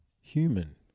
human